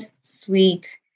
sweet